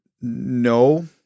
No